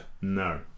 No